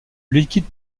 liquide